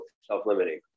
self-limiting